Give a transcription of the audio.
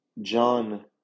John